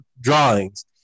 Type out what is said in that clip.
drawings